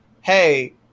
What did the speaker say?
hey